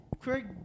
Craig